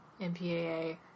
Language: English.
MPAA